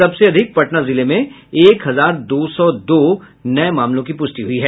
सबसे अधिक पटना जिले में एक हजार दो सौ दो नये मामलों की पुष्टि हुई है